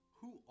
Who